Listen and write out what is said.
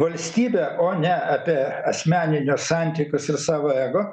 valstybę o ne apie asmeninius santykius ir savo ego